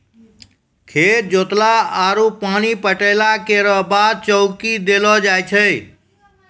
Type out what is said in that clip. खेत जोतला आरु पानी पटैला केरो बाद चौकी देलो जाय छै?